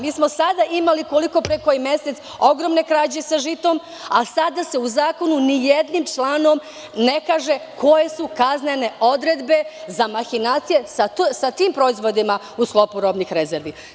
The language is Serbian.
Mi smo imali pre nekoliko meseci ogromne krađe sa žitom, a sada se u zakonu ni jednim članom ne kaže koje su kaznene odredbe za mahinacije sa tim proizvodima u sklopu robnih rezervi.